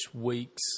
weeks